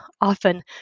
often